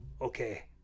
okay